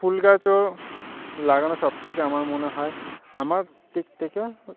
ফুল গাছও লাগানো সব থেকে আমার মনে হয় আমার দিক থেকে